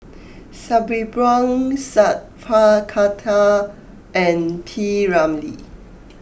Sabri Buang Sat Pal Khattar and P Ramlee